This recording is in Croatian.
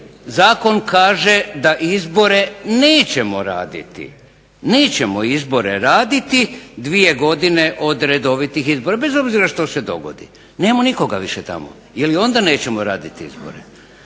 Zakon kaže da izbore nećemo raditi, nećemo izbore raditi dvije godine od redovitih izbora, bez obzira što se dogodi, nemamo više nikoga tamo. Jel ni onda nećemo raditi izbore?